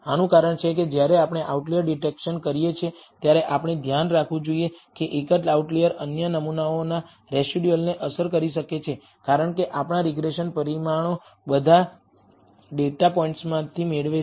આનું કારણ છે જ્યારે આપણે કોઈ આઉટલિઅર ડિટેક્શન કરીએ છીએ ત્યારે આપણે ધ્યાન રાખવું જોઈએ કે એક જ આઉટલિઅર અન્ય નમૂનાઓના રેસિડયુઅલને અસર કરી શકે છે કારણ કે આપણા રીગ્રેસન પરિમાણો બધા ડેટા પોઇન્ટ્સથી મેળવે છે